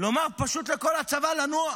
לומר פשוט לכל הצבא לנוע,